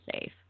safe